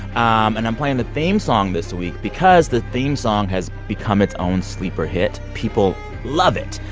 um and i'm playing the theme song this week because the theme song has become its own sleeper hit. people love it.